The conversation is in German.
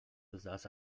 besaß